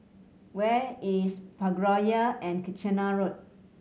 where is Parkroyal and Kitchener Road